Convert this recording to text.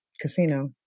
casino